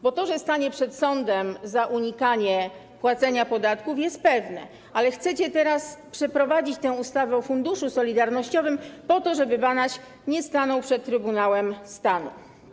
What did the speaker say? Bo to, że stanie przed sądem za unikanie płacenia podatków, jest pewne, ale chcecie teraz przeprowadzić tę ustawę o funduszu solidarnościowym, po to żeby Banaś nie stanął przed Trybunałem Stanu.